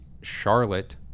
Charlotte